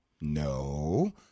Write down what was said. No